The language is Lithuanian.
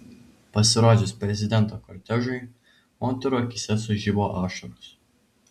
pasirodžius prezidento kortežui moterų akyse sužibo ašaros